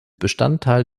bestandteil